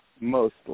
mostly